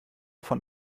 von